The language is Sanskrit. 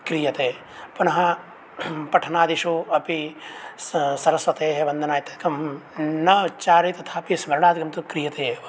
क्रियते पुनः पठनादिषु अपि स सरस्वतेः वन्दनादिकं न उच्चार्य तथापि स्मरणादिकं तु क्रियते एव